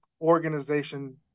organization